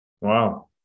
Wow